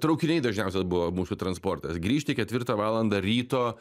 traukiniai dažniausias buvo mūsų transportas grįžti ketvirtą valandą ryto